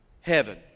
heaven